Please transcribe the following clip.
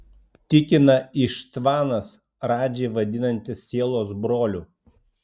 tikina ištvanas radžį vadinantis sielos broliu